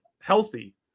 healthy